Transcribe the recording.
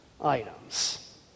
items